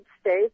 States